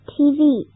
TV